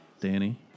Danny